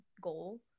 goal